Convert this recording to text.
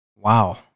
Wow